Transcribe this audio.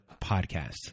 podcast